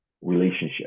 relationship